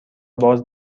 باز